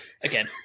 again